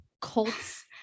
Colts